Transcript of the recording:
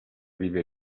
vive